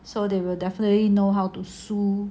so they will definitely know how to sew